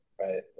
right